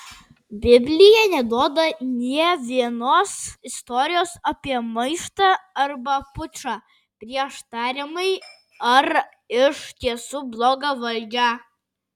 biblija neduoda nė vienos istorijos apie maištą arba pučą prieš tariamai ar iš tiesų blogą valdžią